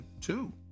two